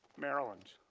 maryland.